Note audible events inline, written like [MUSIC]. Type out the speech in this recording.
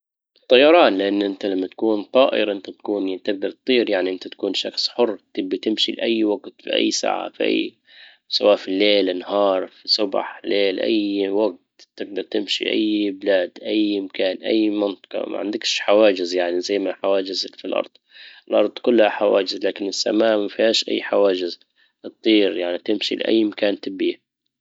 الطيران، لان انت لما تكون طائر انت تكون تجدر تطير يعني انت تكون شخص حر تبي تمشي لاي وقت في اي ساعة في اي- [HESITATION] سواء في الليل نهار في صبح ليل اي وجت تجدر تمشي اي بلاد اي مكان اي منطقة ما عندكش حواجز. يعني زي ما فيه حواجز في الارض كلها حواجز لكن السماء ما فيهاش اي حواجز، تطير يعني تمشي لاي مكان تبيه.